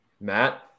Matt